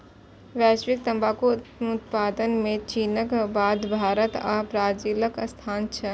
वैश्विक तंबाकू उत्पादन मे चीनक बाद भारत आ ब्राजीलक स्थान छै